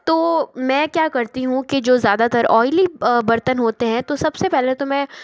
तो मैं क्या करती हूँ कि जो ज़्यादातर ऑइली बर्तन होते हैं तो सबसे पहले तो मैं